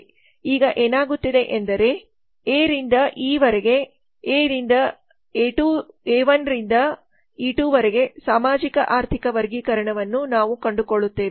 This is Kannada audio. ಈಗ ಏನಾಗುತ್ತದೆ ಎಂದರೆ ಎ 1 ರಿಂದ ಇ 2 ರವರೆಗೆ ಎ 1 ರಿಂದ ಇ 2 ರವರೆಗೆ ಸಾಮಾಜಿಕ ಆರ್ಥಿಕ ವರ್ಗೀಕರಣವನ್ನು ನಾವು ಕಂಡುಕೊಳ್ಳುತ್ತೇವೆ